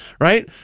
Right